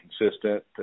consistent